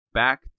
back